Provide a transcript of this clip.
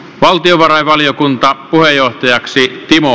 valtiovarainvaliokuntaa puheenjohtajaksi timo